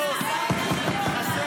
תודה רבה.